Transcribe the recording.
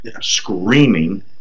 screaming